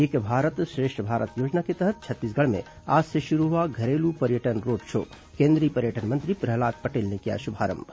एक भारत श्रेष्ठ भारत योजना के तहत छत्तीसगढ़ में आज से शुरू हुआ घरेलू पर्यटन रोड शो केंद्रीय पर्यटन मंत्री प्रहलाद पटेल ने किया शुभारंभ